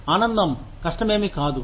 ఆనందం కష్టమేమీ కాదు